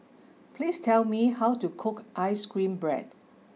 please tell me how to cook ice cream Bread